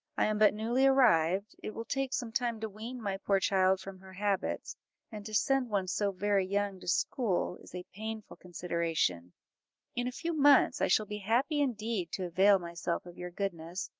i am but newly arrived it will take some time to wean my poor child from her habits and to send one so very young to school, is a painful consideration in a few months i shall be happy indeed to avail myself of your goodness,